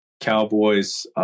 cowboys